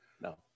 no